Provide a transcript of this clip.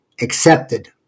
accepted